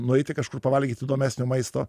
nueiti kažkur pavalgyti įdomesnio maisto